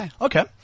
Okay